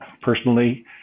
personally